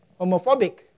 homophobic